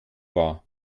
war